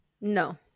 No